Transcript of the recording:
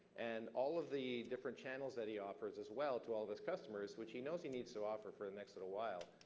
and all of the different channels that he offers as well to all of his customers, which he knows he needs to so offer for the next little while,